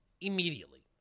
Immediately